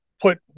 put